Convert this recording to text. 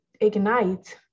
ignite